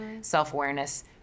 self-awareness